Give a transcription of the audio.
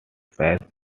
says